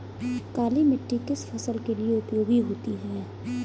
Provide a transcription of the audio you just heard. काली मिट्टी किस फसल के लिए उपयोगी होती है?